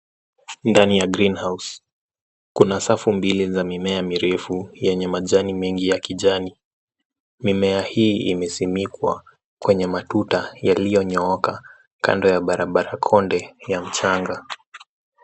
Ndani ya greehouse kuna safu mbili za mimea mirefu yenye majani mengi ya kijani. Mimea hii imesimikwa kwenye matuta yaliyonyooka, kando ya barabara konde ya mchanga.